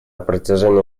протяжении